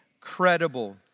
credible